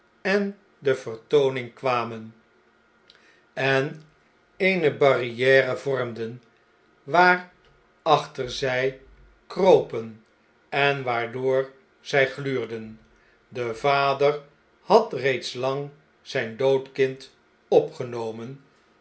en de vertooning kwamen en eene barriere vormden waar achterzij kropen en waardoor zij gluurden de vader had reeds lang zjjn dood kind opgenomen